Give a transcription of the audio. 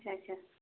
اچھا اچھا